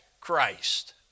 Christ